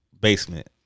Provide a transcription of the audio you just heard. basement